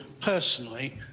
personally